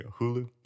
Hulu